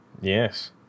Yes